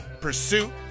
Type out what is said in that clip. pursuit